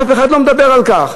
אף אחד לא מדבר על כך.